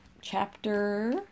chapter